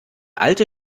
alte